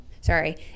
sorry